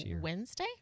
wednesday